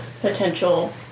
potential